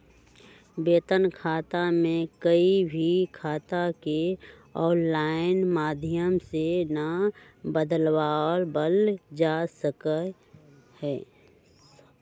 वेतन खाता में कोई भी खाता के आनलाइन माधम से ना बदलावल जा सका हई